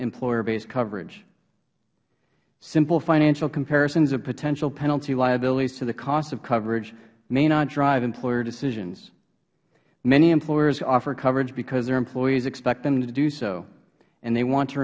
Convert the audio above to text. employer based coverage simple financial comparisons of potential penalty liabilities to the cost of coverage may not drive employer decisions many employers offer coverage because employees expect them to do so and they want to